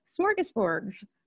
smorgasbords